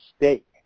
mistake